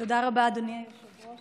תודה רבה, אדוני היושב-ראש.